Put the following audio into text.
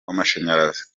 w’amashanyarazi